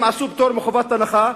הם עשו פטור מחובת הנחה,